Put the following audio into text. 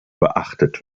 beachtet